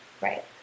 Right